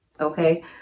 Okay